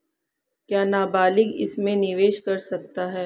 क्या नाबालिग इसमें निवेश कर सकता है?